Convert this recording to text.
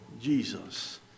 Jesus